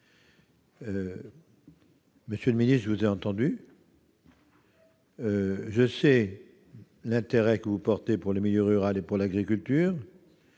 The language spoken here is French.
Monsieur le ministre, je vous ai entendu. Je sais l'intérêt que vous portez au milieu rural et à l'agriculture.